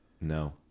no